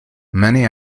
many